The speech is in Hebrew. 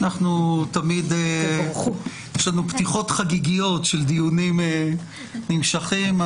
תמיד יש לנו פתיחות חגיגיות של דיונים נמשכים,